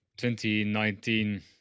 2019